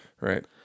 Right